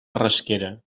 rasquera